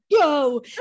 go